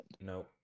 no